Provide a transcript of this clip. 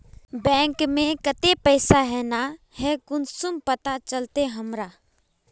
Bank में केते पैसा है ना है कुंसम पता चलते हमरा?